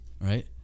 right